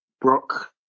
Brock